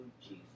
Jesus